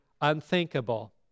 unthinkable